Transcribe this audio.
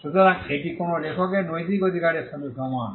সুতরাং এটি কোনও লেখকের নৈতিক অধিকারের সাথে সমান